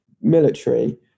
military